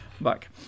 Back